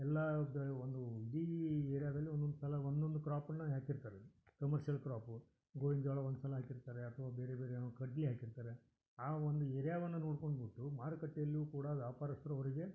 ಎಲ್ಲ ಅದು ಒಂದು ಇಡೀ ಏರ್ಯಾದಲ್ಲಿ ಒಂದೊಂದು ಸಲ ಒಂದೊಂದು ಕ್ರಾಪನ್ನು ಹಾಕಿರ್ತಾರೆ ಕಮರ್ಷಿಯಲ್ ಕ್ರಾಪು ಗೋಧಿ ಜೋಳ ಒಂದು ಸಲ ಹಾಕಿರ್ತಾರೆ ಅಥವಾ ಬೇರೆ ಬೇರೆ ಏನೋ ಕಡ್ಲೆ ಹಾಕಿರ್ತಾರೆ ಆ ಒಂದು ಏರ್ಯಾವನ್ನು ನೋಡ್ಕೊಂಡ್ಬಿಟ್ಟು ಮಾರುಕಟ್ಟೆಯಲ್ಲಿಯೂ ಕೂಡ ವ್ಯಾಪಾರಸ್ತರು ಅವರಿಗೆ